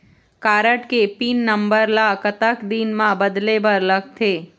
Card के pin number ला कतक दिन म बदले बर लगथे?